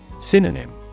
Synonym